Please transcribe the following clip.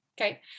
okay